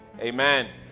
Amen